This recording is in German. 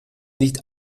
nicht